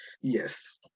Yes